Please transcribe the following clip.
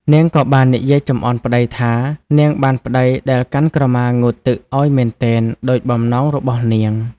នាងក៏បាននិយាយចំអន់ប្តីថា នាងបានប្តីដែលកាន់ក្រមាងូតទឹកឱ្យមែនទែន ដូចបំណងរបស់នាង ។